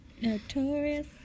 Notorious